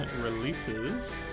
releases